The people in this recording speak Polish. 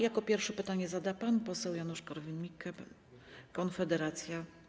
Jako pierwszy pytanie zada pan poseł Janusz Korwin-Mikke, Konfederacja.